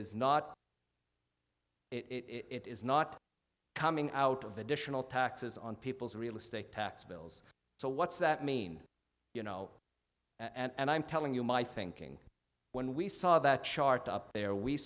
so it is not it is not coming out of additional taxes on people's real estate tax bills so what's that mean you know and i'm telling you my thinking when we saw that chart up there we